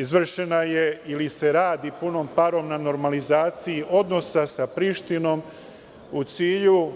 Izvršena je ili se radi punom parom na normalizaciji odnosa sa Prištinom u cilju